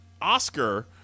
Oscar